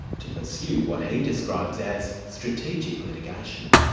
to pursue what he describes as strategic litigation.